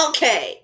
Okay